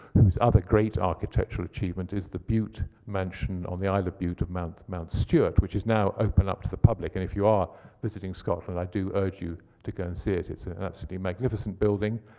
whose other great architectural achievement is the bute mansion on the isle of bute, of mount mount stuart, which is now open up to the public. and if you are visiting scotland, i urge you to go and see it. it's ah an absolutely magnificent building.